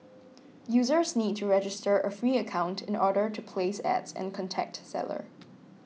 users need to register a free account in order to place Ads and contact seller